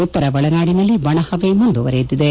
ಉತ್ತರ ಒಳನಾಡಿನಲ್ಲಿ ಒಣಹವೆ ಮುಂದುವರೆದಿದೆ